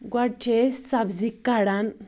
گۄڈٕ چھِ أسۍ سبزِی کَڑان